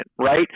right